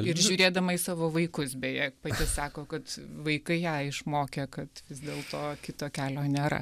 ir žiūrėdama į savo vaikus beje pati sako kad vaikai ją išmokė kad vis dėlto kito kelio nėra